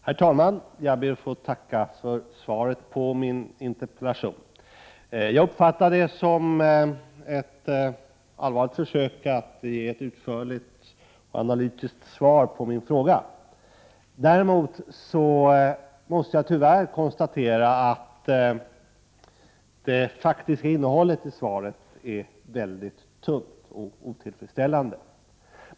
Herr talman! Jag ber att få tacka för svaret på min interpellation. Jag uppfattar det som ett allvarligt försök att ge ett utförligt och analytiskt svar på min fråga. Däremot måste jag tyvärr konstatera att det faktiska innehållet i svaret är mycket tunt och otillfredsställande.